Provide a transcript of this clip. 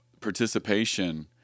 participation